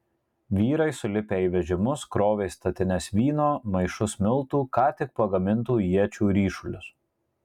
vyrai sulipę į vežimus krovė statines vyno maišus miltų ką tik pagamintų iečių ryšulius